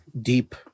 deep